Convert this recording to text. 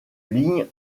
ligne